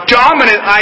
dominant